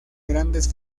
grandes